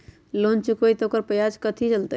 Loan चुकबई त ओकर ब्याज कथि चलतई?